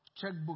checkbook